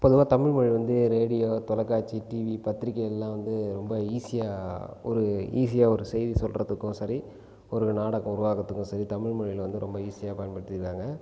பொதுவாக தமிழ்மொழி வந்து ரேடியோ தொலைக்காட்சி டிவி பத்திரிகைலலாம் வந்து ரொம்ப ஈஸியாக ஒரு ஈஸியாக ஒரு செய்தி சொல்கிறதுக்கும் சரி ஒரு நாடகம் உருவாக்குறதுக்கும் சரி தமிழ் மொழியில் வந்து ரொம்ப ஈஸியாக பயன்படுத்திருக்காங்க